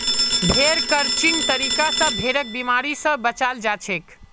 भेड़ क्रचिंग तरीका स भेड़क बिमारी स बचाल जाछेक